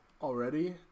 already